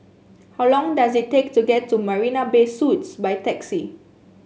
how long does it take to get to Marina Bay Suites by taxi